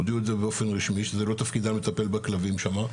הם הודיעו באופן רשמי שזה לא תפקידם לטפל בכלבים שם.